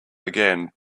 again